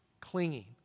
clinging